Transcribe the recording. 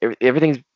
everything's